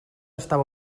estava